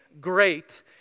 great